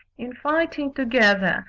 in fighting together,